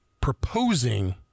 proposing